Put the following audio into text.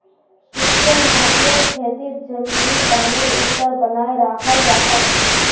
sustainable खेतित ज़मीनी पानीर स्तर बनाए राखाल जाहा